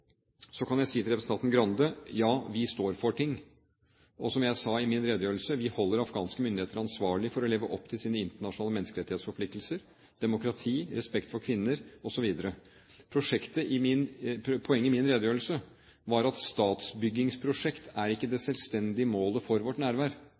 Så kan jeg si til representanten Skei Grande: Ja, vi står for ting. Og som jeg sa i min redegjørelse, vi holder afghanske myndigheter ansvarlig for å leve opp til sine internasjonale menneskerettighetsforpliktelser: demokrati, respekt for kvinner osv. Poenget i min redegjørelse var at statsbyggingsprosjekt ikke er det